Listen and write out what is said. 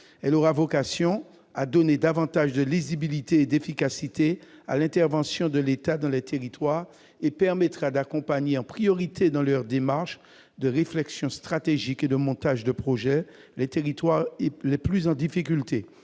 Elle « aura vocation à donner davantage de lisibilité et d'efficacité à l'intervention de l'État dans les territoires » et permettra d'accompagner « en priorité dans leur démarche de réflexion stratégique et de montage de projet les territoires les plus en difficulté